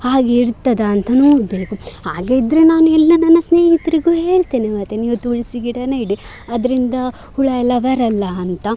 ಹಾಗೇ ಇರ್ತದಾ ಅಂತ ನೋಡಬೇಕು ಹಾಗೇ ಇದ್ದರೆ ನಾನು ಎಲ್ಲ ನನ್ನ ಸ್ನೇಹಿತರಿಗೂ ಹೇಳ್ತೇನೆ ಮತ್ತು ನೀವೂ ತುಳಸಿ ಗಿಡ ನೆಡಿ ಅದರಿಂದ ಹುಳು ಎಲ್ಲ ಬರಲ್ಲ ಅಂತ